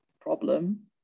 problem